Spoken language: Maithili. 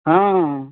हँ